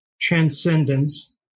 transcendence